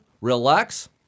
relax